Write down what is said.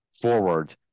forward